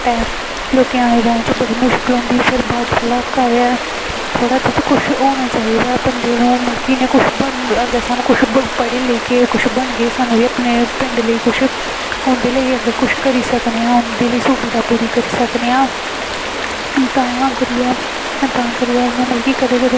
ते लसोकें ई आने जाने च बड़ी मुश्कल होंदी फिर थोह्ड़ा बहुत होना चाहिदा बंदे दा मतलब कि अगर स्हानू पढ़ी लिखियै बनगे ते ओह् बी सानूं अपने पिंड उंदे लेई कुछ करी सकने दिली सुविधा पूरी करी सकने आं तांह् करियै ते तांह करियै इन्ने मतलब कि